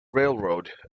railroad